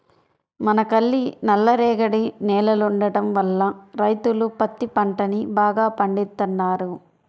మనకల్లి నల్లరేగడి నేలలుండటం వల్ల రైతులు పత్తి పంటని బాగా పండిత్తన్నారు